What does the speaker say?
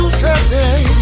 today